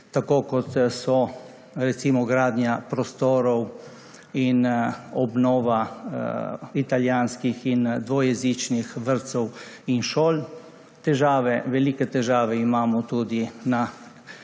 tako kot so recimo gradnja prostorov in obnova italijanskih in dvojezičnih vrtcev in šol. Težave, velike težave imamo tudi na